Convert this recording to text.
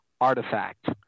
artifact